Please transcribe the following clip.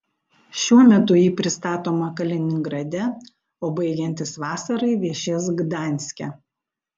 šiuo metu ji pristatoma kaliningrade o baigiantis vasarai viešės gdanske